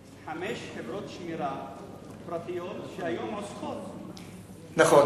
חמש חברות שמירה פרטיות שהיום עוסקות, נכון.